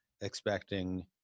expecting